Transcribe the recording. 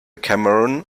cameron